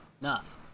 enough